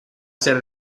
ser